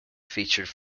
featured